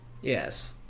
Yes